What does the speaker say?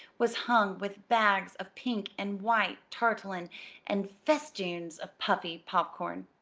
was hung with bags of pink and white tarletan and festoons of puffy popcorn.